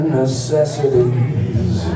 necessities